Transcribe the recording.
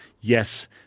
yes